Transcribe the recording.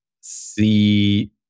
see